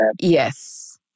Yes